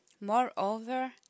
Moreover